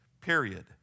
period